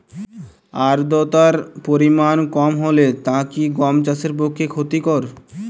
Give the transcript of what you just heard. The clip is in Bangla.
আর্দতার পরিমাণ কম হলে তা কি গম চাষের পক্ষে ক্ষতিকর?